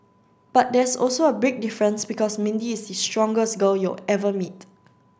but there's also a big difference because Mindy is the strongest girl you'll ever meet